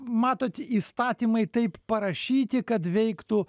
matot įstatymai taip parašyti kad veiktų